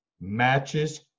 matches